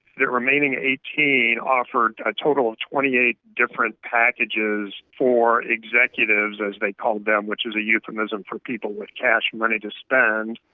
remaining eighteen offered a total of twenty eight different packages for executives, as they called them, which is a euphemism for people with cash money to spend,